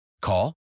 Call